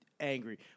Angry